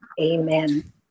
Amen